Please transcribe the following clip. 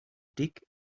dig